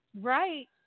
Right